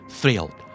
thrilled